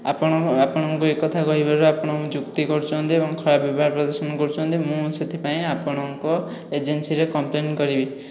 ଆପଣ ଆପଣଙ୍କୁ ଏ କଥା କହିବାରୁ ଆପଣ ଯୁକ୍ତି କରୁଛନ୍ତି ଏବଂ ଖରାପ ବ୍ୟବହାର ପ୍ରଦର୍ଶନ କରୁଛନ୍ତି ମୁଁ ସେଥିପାଇଁ ଆପଣଙ୍କ ଏଜେନ୍ସିରେ କମ୍ପ୍ଲେନ କରିବି